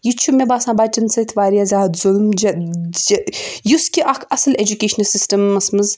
یہِ چھُ مےٚ باسان بَچیٚن سۭتۍ واریاہ زیادٕ ظلم یُس کہِ اکھ اصٕل ایٚجوکیشن سِسٹَمَس منٛز